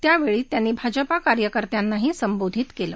त्यावेळी त्यांनी भाजप कार्यकर्त्यांना संबोधित केलं